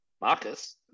Marcus